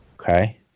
Okay